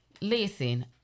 Listen